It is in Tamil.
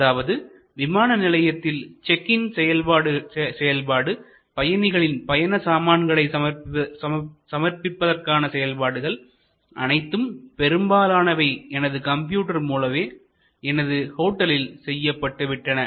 அதாவது விமான நிலையத்தில் செக் இன் செயல்பாடு பயணிகளின் பயண சாமான்களை சமர்ப்பிப்பதற்கான செயல்பாடுகள் அனைத்தும் பெரும்பாலானவை எனது கம்ப்யூட்டர் மூலமே எனது ஹோட்டலில் செய்யப்பட்டுவிட்டன